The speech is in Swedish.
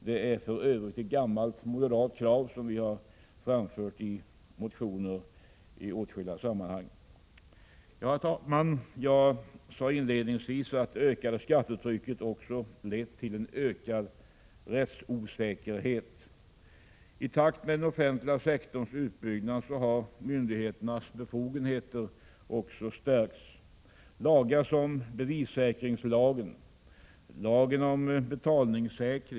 Detta är för övrigt ett gammalt moderat krav, som vi har framfört i motioner och i åtskilliga andra sammanhang. Jag vill också peka på de strikt negativa följder som regeringens skatt på pensionssparande får för familjeföretagen. De har tidigare haft en låg ATP och har därför ofta satsat på privata lösningar.